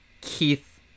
Keith